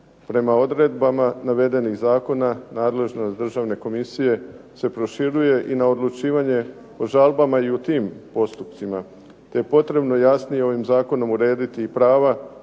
Prema odredbama navedenih zakona nadležnost državne komisije se proširuje i na odlučivanje po žalbama i u tim postupcima te je potrebno jasnije ovim zakonom urediti prava